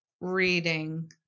reading